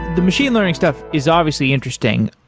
the machine learning stuff is obviously interesting.